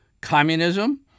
communism